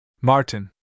Martin